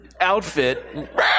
outfit